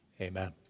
Amen